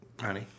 honey